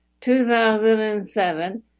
2007